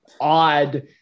odd